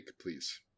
please